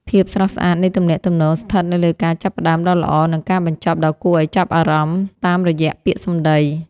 ភាពស្រស់ស្អាតនៃទំនាក់ទំនងស្ថិតនៅលើការចាប់ផ្តើមដ៏ល្អនិងការបញ្ចប់ដ៏គួរឱ្យចាប់អារម្មណ៍តាមរយៈពាក្យសម្តី។